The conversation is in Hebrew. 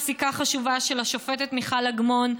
לפסיקה חשובה של השופטת מיכל אגמון,